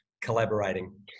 collaborating